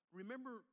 remember